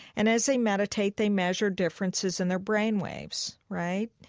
and as they meditate they measure differences in their brainwaves. right?